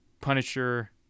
Punisher